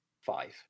five